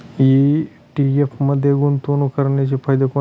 ETF मध्ये गुंतवणूक करण्याचे फायदे कोणते?